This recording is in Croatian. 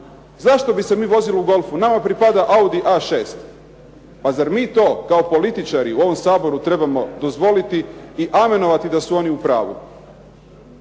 zašto bi se mi vozili u Golfu nama pripada Audi A6. Pa zar mi to kao političari u ovom Saboru to trebamo dozvoliti i amenovati da su oni u pravu.